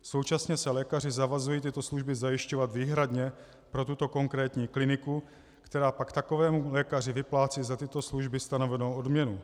Současně se lékaři zavazují tyto služby zajišťovat výhradně pro tuto konkrétní kliniku, která pak takovému lékaři vyplácí za tato služby stanovenou odměnu.